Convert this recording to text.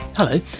Hello